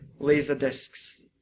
Laserdiscs